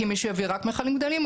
כי מישהו יביא רק מכלים גדולים.